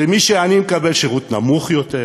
שמי שעני מקבל שירות נמוך יותר,